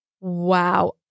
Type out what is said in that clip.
Wow